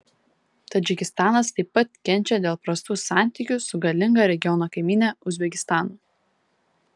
tadžikistanas taip pat kenčia dėl prastų santykių su galinga regiono kaimyne uzbekistanu